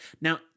Now